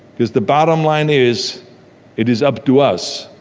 because the bottom line is it is up to us,